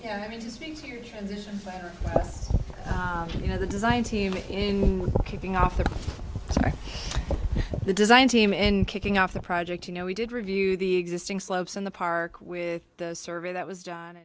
this you know the design team in kicking off the design team and kicking off the project you know we did review the existing slopes in the park with the survey that was done